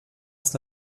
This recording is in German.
ist